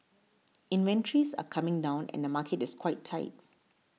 inventories are coming down and the market is quite tight